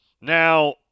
Now